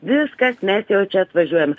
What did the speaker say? viskas mes jau čia atvažiuojam